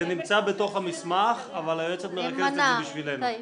בתוך המסמך, אבל היועצת תקרא את זה בשבילנו.